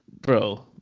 Bro